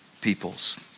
peoples